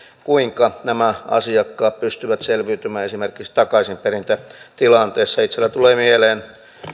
kuinka nämä asiakkaat pystyvät selviytymään esimerkiksi takaisinperintätilanteessa itsellä tulee mieleen